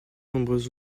nombreux